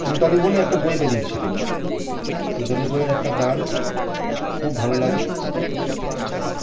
রুদালি বলে একটা বই বেরিয়েছিলো রুদালি বইয়ের একটা গান খুব ভালো লাগে